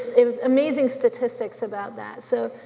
it was amazing statistics about that. so,